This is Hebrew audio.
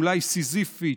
אולי סיזיפית,